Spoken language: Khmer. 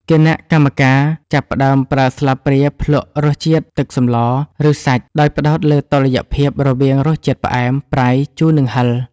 គណៈកម្មការចាប់ផ្ដើមប្រើស្លាបព្រាភ្លក្សរសជាតិទឹកសម្ល ឬសាច់ ដោយផ្ដោតលើតុល្យភាពរវាងរសជាតិផ្អែម ប្រៃ ជូរ និងហឹរ។